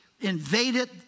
invaded